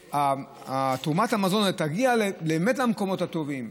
שתרומת המזון תגיע באמת למקומות הטובים,